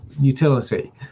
utility